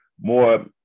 more